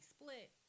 split